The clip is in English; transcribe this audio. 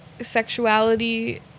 sexuality